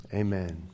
amen